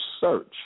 search